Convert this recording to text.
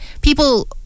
people